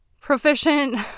proficient